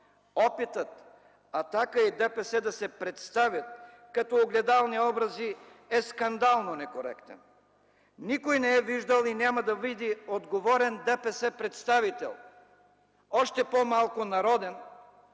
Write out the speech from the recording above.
опитът „Атака” и ДПС да се представят като огледални образи е скандално некоректен! Никой не е виждал и няма да види отговорен ДПС представител, още по-малко народен,